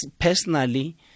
personally